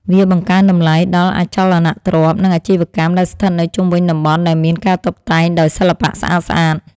វាបង្កើនតម្លៃដល់អចលនទ្រព្យ និងអាជីវកម្មដែលស្ថិតនៅជុំវិញតំបន់ដែលមានការតុបតែងដោយសិល្បៈស្អាតៗ។